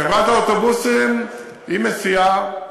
חברת האוטובוסים מסיעה,